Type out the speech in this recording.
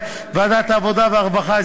ועדת העבודה והרווחה,